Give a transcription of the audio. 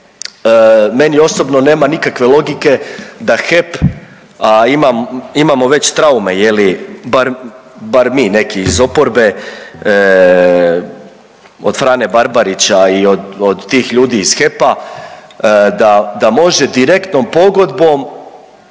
Meni osobno nema nikakve logike da HEP a imamo već traume, bar mi neki iz oporbe od Frane Barbarića i od tih ljudi iz HEP-a, da može direktnom pogodbom